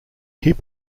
hip